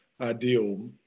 ideal